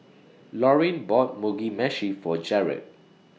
Laurine bought Mugi Meshi For Jarod